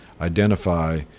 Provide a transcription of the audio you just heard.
identify